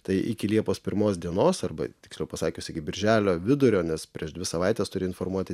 tai iki liepos pirmos dienos arba tikriau pasakius iki birželio vidurio nes prieš dvi savaites turi informuoti